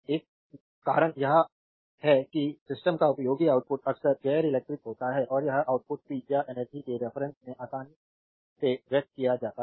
एक कारण यह है कि सिस्टम का उपयोगी आउटपुट अक्सर गैर इलेक्ट्रिक होता है और यह आउटपुट पी या एनर्जी के रेफरेन्स में आसानी से व्यक्त किया जाता है